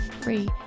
free